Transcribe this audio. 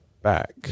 back